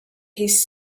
his